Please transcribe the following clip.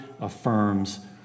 affirms